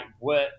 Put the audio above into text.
work